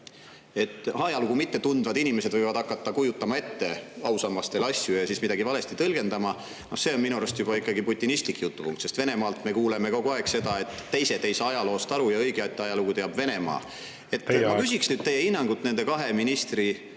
et ajalugu mitte tundvad inimesed võivad hakata kujutama ette ausammastele asju ja siis midagi valesti tõlgendama. Noh, see on minu arust juba ikkagi putinistlik jutupunkt, sest Venemaalt me kuuleme kogu aeg seda, et teised ei saa ajaloost aru ja õiget ajalugu teab Venemaa. Aitäh, hea istungi juhataja! Härra